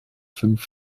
fünf